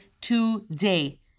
today